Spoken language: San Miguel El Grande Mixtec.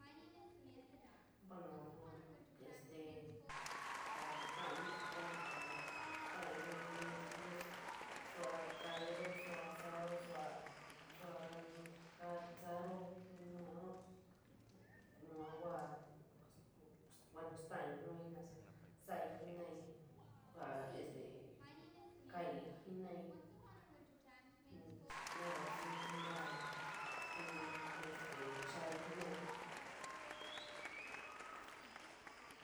Bueno, este ja katonuun chií buuno kuu sta’layo nu noyiñ luli juu kadiíííra, suu sa’ora saa, suu, suu ka suaaro jenorara yuu kuu, buuno staayo nuu naa saa jiniíí kuu este koo iííí jenoríí faa sooñ kuutoií faa chiíí jenoríí.